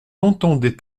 entendait